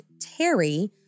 Terry